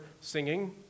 singing